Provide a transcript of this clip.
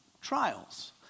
trials